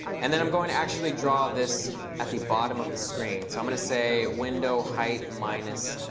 and then i'm going to actually draw this at the bottom of the screen. so i'm going to say, window height minus